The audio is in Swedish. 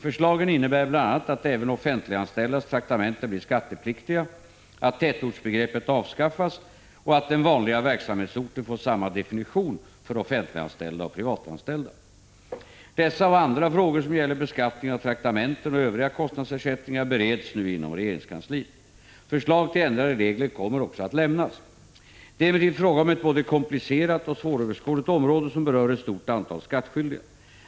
Förslagen innebär bl.a. att även offentliganställdas traktamenten blir skattepliktiga, att tätortsbegreppet avskaffas och att den vanliga verksam hetsorten får samma definition för offentliganställda och privatanställda. Dessa och andra frågor som gäller beskattning av traktamenten och övriga kostnadsersättningar bereds nu inom regeringskansliet. Förslag till ändrade regler kommer också att lämnas. Det är emellertid fråga om ett både komplicerat och svåröverskådligt område som berör ett stort antal skattskyldiga.